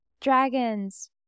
dragons